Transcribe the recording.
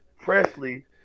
Presley